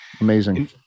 amazing